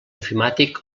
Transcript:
ofimàtic